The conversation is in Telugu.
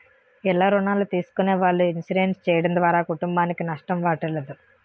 ఇల్ల రుణాలు తీసుకునే వాళ్ళు ఇన్సూరెన్స్ చేయడం ద్వారా కుటుంబానికి నష్టం వాటిల్లదు